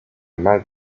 mal